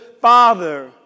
father